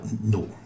no